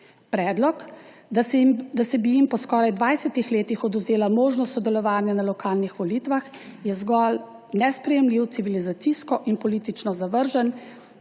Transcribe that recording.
Predlog, da bi se jim po skoraj 20 letih odvzela možnost sodelovanja na lokalnih volitvah, je nesprejemljiv, civilizacijsko in politično zavržen